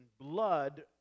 blood